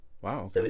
Wow